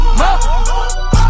more